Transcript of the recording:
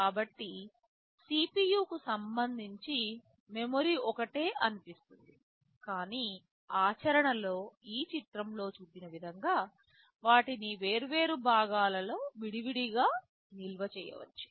కాబట్టి CPU కి సంబంధించి మెమరీ ఒకటే అనిపిస్తుంది కాని ఆచరణలో ఈ చిత్రంలో చూపిన విధంగా వాటిని వేర్వేరు భాగాలలో విడివిడిగా నిల్వ చేయవచ్చు